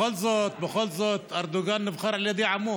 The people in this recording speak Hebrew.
בכל זאת, בכל זאת, ארדואן נבחר על ידי עמו.